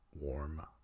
warm